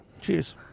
Cheers